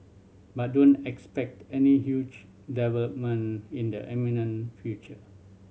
but don't expect any huge development in the imminent future